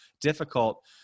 difficult